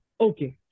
Okay